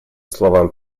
словам